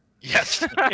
Yes